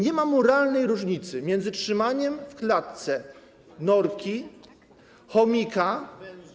Nie ma moralnej różnicy między trzymaniem w klatce norki, chomika.